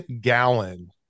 gallon